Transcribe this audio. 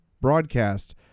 broadcast